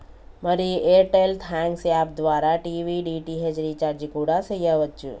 మరి Airtel thanks app ద్వారా TV DTH recharge కూడా సెయ్యవచ్చు